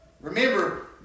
Remember